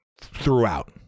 throughout